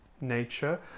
nature